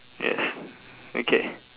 yes okay